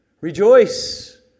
Rejoice